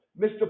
Mr